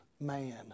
man